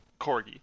Corgi